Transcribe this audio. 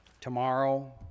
Tomorrow